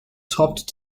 topped